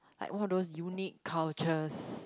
like all those unique cultures